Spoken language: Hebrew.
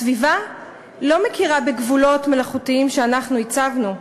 הסביבה לא מכירה בגבולות מלאכותיים שאנחנו הצבנו.